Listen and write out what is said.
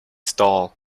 stall